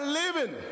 living